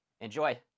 Enjoy